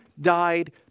died